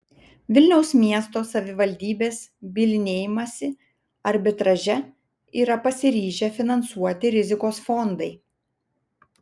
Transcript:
vilniaus miesto savivaldybės bylinėjimąsi arbitraže yra pasiryžę finansuoti rizikos fondai